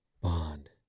Bond